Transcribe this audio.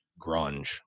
grunge